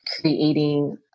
creating